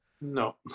No